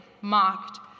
mocked